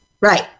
Right